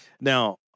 Now